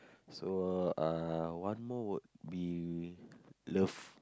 so uh one more would be love